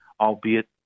albeit